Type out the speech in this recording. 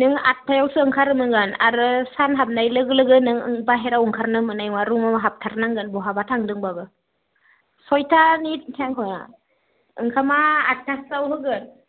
नों आठथायावसो ओंखारनो मोनगोन आरो सान हाबनाय लोगो लोगो नों बाहेराव ओंखारनो मोननाय नङा रुमआव हाबथारनांगोन बहाबा थांदोंब्लाबो सयथानि टाइम ओंखामा आठथासोआव होगोन